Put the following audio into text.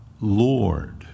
Lord